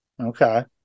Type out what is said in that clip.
Okay